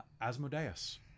Asmodeus